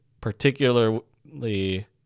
particularly